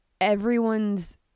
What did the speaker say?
everyone's